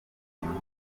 impamo